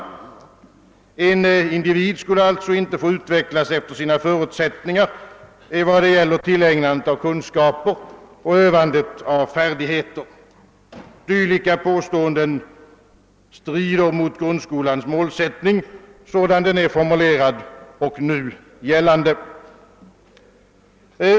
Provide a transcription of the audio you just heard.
En individ skulle alltså inte få utvecklas efter sina förutsättningar när det gäller att tillägna sig kunskaper och utöva färdigheter. Dylika påståenden strider mot grundskolans målsättning, sådan den är formulerad och nu gällande.